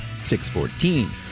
614